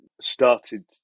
started